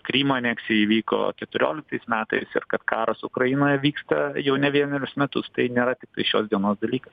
krymo aneksija įvyko keturioliktais metais ir kad karas ukrainoje vyksta jau ne vienerius metus tai nėra tiktai šios dienos dalykas